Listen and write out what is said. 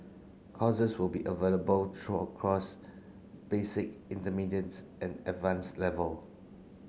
courses will be available true across basic intermediates and advance level